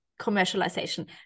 commercialization